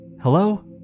hello